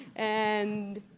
and